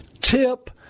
tip